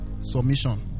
Submission